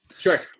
Sure